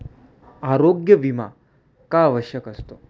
आरोग्य विमा का आवश्यक असतो?